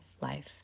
life